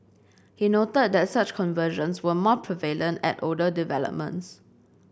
he noted that such conversions were more prevalent at older developments